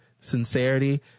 sincerity